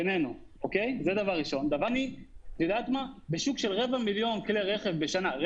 מתוך שוק של 250,000 כלי רכב בשנה,